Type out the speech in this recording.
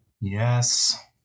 Yes